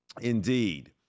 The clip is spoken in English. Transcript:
indeed